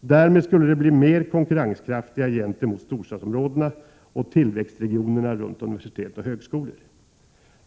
Därmed skulle de bli mer konkurrenskraftiga gentemot storstadsområdena och tillväxtregionerna runt universitet och högskolor.